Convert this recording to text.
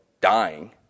dying